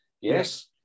yes